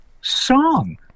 song